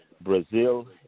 Brazil